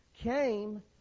came